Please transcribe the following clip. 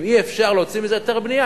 ואם אי-אפשר להוציא מזה היתר בנייה,